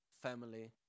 family